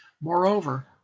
Moreover